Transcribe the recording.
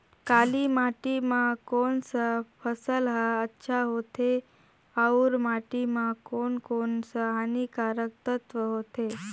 काली माटी मां कोन सा फसल ह अच्छा होथे अउर माटी म कोन कोन स हानिकारक तत्व होथे?